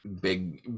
big